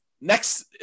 next